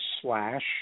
Slash